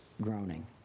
groaning